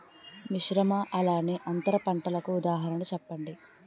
మిశ్రమ అలానే అంతర పంటలకు ఉదాహరణ చెప్పండి?